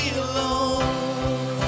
alone